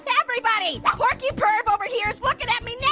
everybody, porcu-perv over here is looking at me naked!